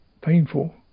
painful